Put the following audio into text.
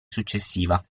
successiva